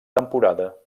temporada